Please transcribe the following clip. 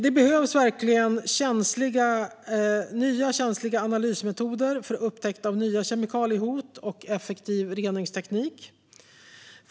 Det behövs verkligen nya känsliga analysmetoder för upptäckt av nya kemikaliehot och effektiv reningsteknik.